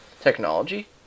technology